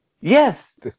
Yes